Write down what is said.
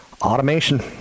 Automation